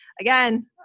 Again